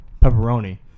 Pepperoni